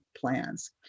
plans